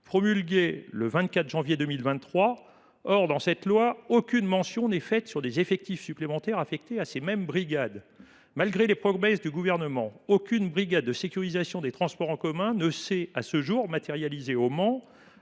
promulgué le 24 janvier 2023, ne fait aucune mention des effectifs supplémentaires affectés à ces brigades. Malgré les promesses gouvernementales, aucune brigade de sécurisation des transports en commun ne s’est, à ce jour, matérialisée au Mans,